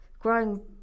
growing